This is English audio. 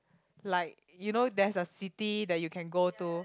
like you know there's a city that you can go to